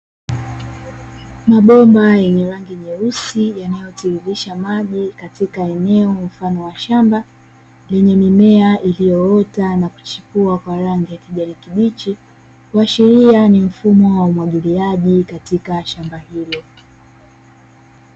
Mabomba yenye rangi nyeusi yanayotiririsha maji katika eneo mfano wa shamba, lenye mimea iliyoota na kuchipua kwa rangi ya kijani kibichi, kuashiria ni mfumo wa umwagiliaji katika shamba hilo.